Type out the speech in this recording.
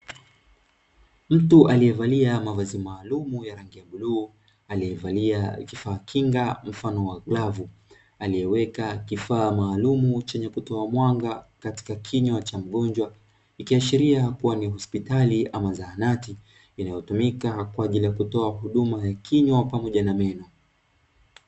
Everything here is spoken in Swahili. Mtu aliyevalia mavazi maalum ya rangi ya blue, aliyevalia kifaa kinga mfano wa glavu, aliyeweka kifaa maalum chenye kutoa mwanga katika kinywa cha mgonjwa, ikiashiria kuwa ni hospitali ama zahanati inayotumika kwa ajili ya kutoa huduma ya kinywa pamoja na meno.